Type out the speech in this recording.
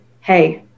hey